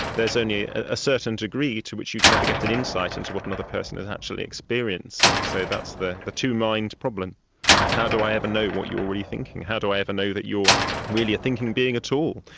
there is only a certain degree to which you could ever get an insight into what another person is actually experiencing. so that's the the two-mind problem how do i ever know what you are really thinking, how do i ever know that you are really a thinking being at all?